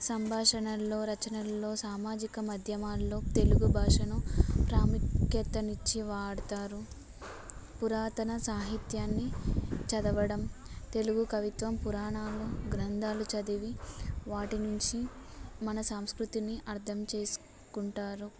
సంభాషణల్లో రచనల్లో సామాజిక మధ్యమాల్లో తెలుగు భాషను ప్రాముఖ్యతనిచ్చి వాడుతారు పురాతన సాహిత్యాన్ని చదవడం తెలుగు కవిత్వం పురాణాలు గ్రంథాలు చదివి వాటి నుంచి మన సంస్కృతిని అర్థం చేసుకుంటారు